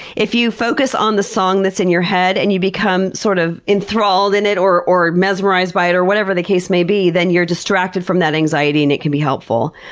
if you focus on the song that's in your head and you become sort of enthralled in it or or mesmerized by it or whatever the case may be, then you're distracted from that anxiety and it can be helpful.